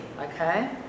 okay